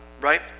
right